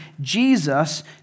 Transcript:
Jesus